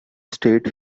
stayed